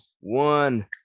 one